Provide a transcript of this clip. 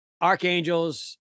Archangels